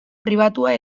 pribatua